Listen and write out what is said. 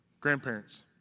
Grandparents